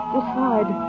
Decide